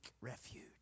refuge